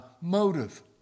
motive